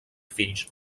fills